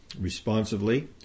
responsively